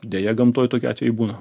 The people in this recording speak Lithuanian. deja gamtoj tokie atvejai būna